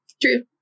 true